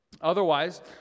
Otherwise